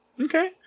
Okay